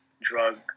drug